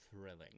thrilling